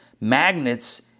Magnets